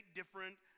different